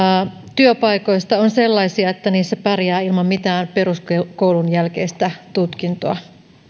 työpaikoista on sellaisia että niissä pärjää ilman mitään peruskoulun jälkeistä tutkintoa